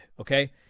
okay